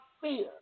fear